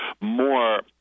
more